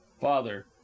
father